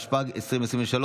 התשפ"ג 2023,